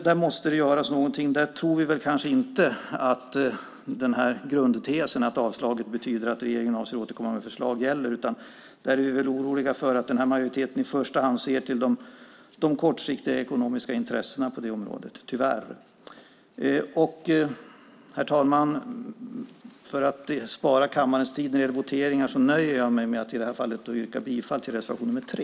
Där måste det göras någonting. Vi tror kanske inte att grundtesen att avstyrkandet betyder att regeringen avser att återkomma med förslag gäller här, utan vi är oroliga för att majoriteten i första hand ser till de kortsiktiga ekonomiska intressena på området - tyvärr. Herr talman! För att spara kammarens tid när det gäller voteringar nöjer jag mig i det här fallet med att yrka bifall till reservation nr 3.